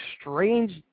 strange